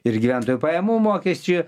ir gyventojų pajamų mokesčiui